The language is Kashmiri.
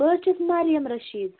بہٕ حظ چھَس مریم رٔشیٖد